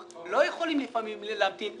אנחנו לא בשני צדדים שלו.